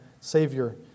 Savior